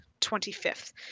25th